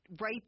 right